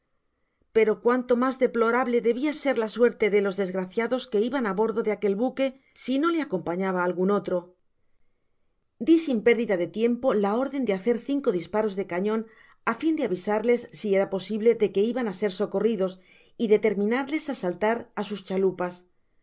pero cuánto mas deplorable debia ser la suerte de los desgraciados que iban á bordo de aquel buque si no le acompañaba algun otro di sin pérdida de tiempo la orden de hacer cinco disparos de cañon á fin de avisarles si era posible de que iban á ser socorridos y determinarles á saltar á sus chalupas